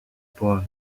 poem